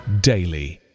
daily